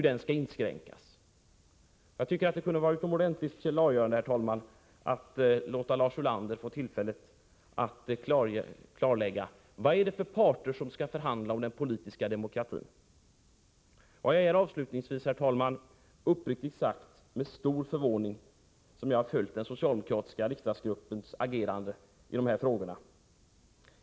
Det skulle vara utomordentligt klargörande, herr talman, om Lars Ulander kunde få tillfälle att ange vilka parter som skall förhandla om den politiska demokratin. Herr talman! Avslutningsvis kan jag uppriktigt konstatera, att jag med stor förvåning har följt den socialdemokratiska riksdagsgruppens agerande i dessa frågor.